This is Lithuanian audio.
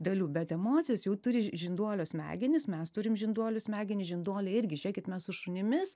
dalių bet emocijos jau turi ž žinduolio smegenis mes turim žinduolių smegenis žinduoliai irgi žiūrėkit mes su šunimis